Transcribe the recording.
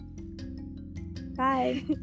bye